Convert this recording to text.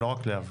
לא רק לאב.